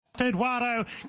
Eduardo